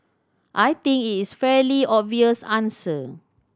I think it's fairly obvious answer